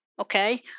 okay